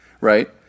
right